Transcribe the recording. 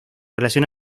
relación